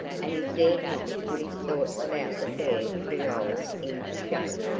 and he dared not put his thoughts about the fair creole into shape.